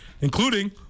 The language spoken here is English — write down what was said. including